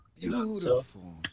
Beautiful